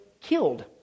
killed